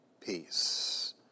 peace